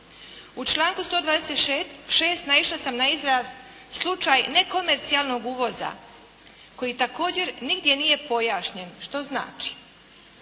U članku 126. naišla sam na izraz slučaj nekomercijalnog uvoza koji također nigdje nije pojašnjen što znači.